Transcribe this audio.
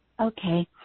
Okay